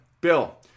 Bill